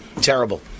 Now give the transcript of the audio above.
Terrible